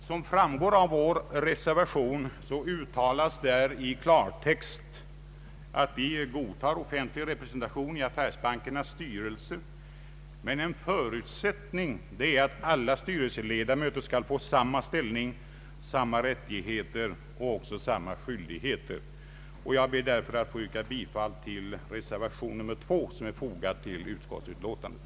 Som framgår av vår reservation uttalas där i klartext, att vi godtar offentlig representation i affärsbankernas styrelser, men en förutsättning är att alla styrelseledamöter skall få samma ställning, samma rättigheter och också samma skyldigheter. Jag ber därför att få yrka bifall till reservation 2 som är fogad till utskottsutlåtandet.